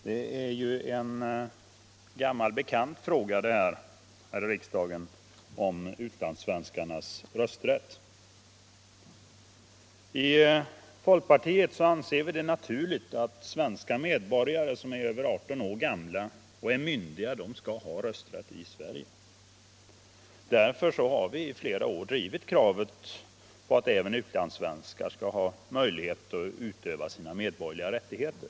Herr talman! Frågan om utlandssvenskarnas rösträtt är en gammal bekant här i riksdagen. I folkpartiet anser vi det naturligt att svenska medborgare som är över 18 år gamla och som är myndiga skall ha rösträtt i Sverige. Därför har vi i flera år drivit kravet på att även utlandssvenskar skall ha möjlighet att utöva sina medborgerliga rättigheter.